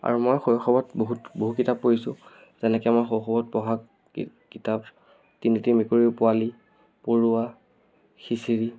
আৰু মই শৈশৱত বহুত বহু কিতাপ পঢ়িছোঁ যেনেকৈ মই শৈশৱত পঢ়া কিতাপ তিনিটি মেকুৰীৰ পোৱালি পৰুৱা খিচিৰি